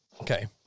okay